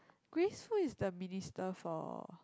who's who's the minister for